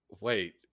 Wait